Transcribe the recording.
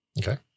Okay